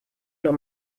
not